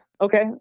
okay